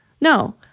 No